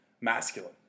masculine